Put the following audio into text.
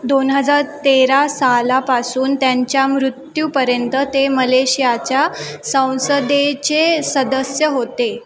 दोन हजार तेरा सालापासून त्यांच्या मृत्यूपर्यंत ते मलेशियाच्या संसदेचे सदस्य होते